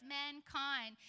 mankind